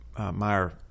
Meyer